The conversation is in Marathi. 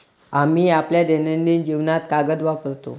आम्ही आपल्या दैनंदिन जीवनात कागद वापरतो